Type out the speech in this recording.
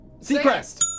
Seacrest